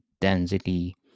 density